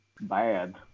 bad